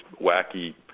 wacky